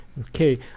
Okay